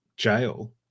jail